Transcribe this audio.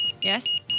Yes